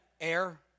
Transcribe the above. air